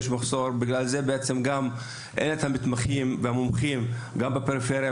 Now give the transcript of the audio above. לכן, אין גם מומחים ומתמחים בפריפריה.